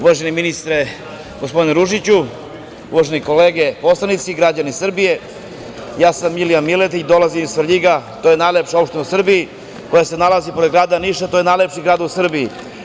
Uvaženi ministre gospodine Ružiću, uvažene kolege poslanici i građani Srbije, ja sam Milija Miletić, dolazim iz Svrljiga, to je najlepša opština u Srbiji koja se nalazi pored grada Niša, to je najlepši grad u Srbiji.